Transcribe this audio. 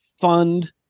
fund